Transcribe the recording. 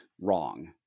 wrong